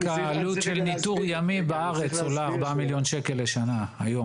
רק העלות של ניטור ימי בארץ עולה היום 4 מיליון שקל לשנה.